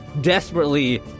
desperately